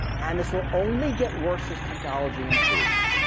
and this will only get worse as technology improves.